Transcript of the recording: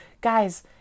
guys